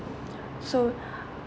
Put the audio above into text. so